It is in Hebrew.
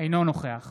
אינו נוכח